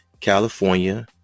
California